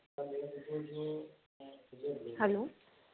hello